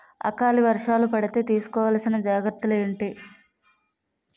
ఆకలి వర్షాలు పడితే తీస్కో వలసిన జాగ్రత్తలు ఏంటి?